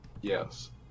Yes